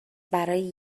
برای